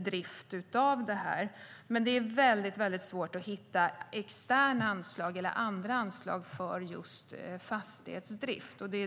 Och det är väldigt svårt att hitta externa anslag eller andra anslag för just fastighetsdrift.